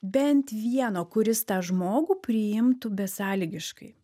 bent vieno kuris tą žmogų priimtų besąlygiškai